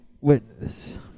witness